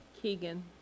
Keegan